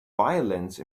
violence